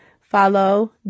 follow